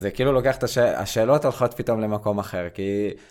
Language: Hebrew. זה כאילו לוקח את.. השאלות הולכות פתאום למקום אחר, כי...